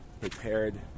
prepared